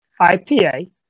IPA